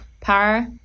power